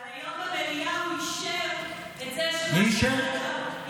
אבל היום במליאה הוא אישר את זה, מי אישר?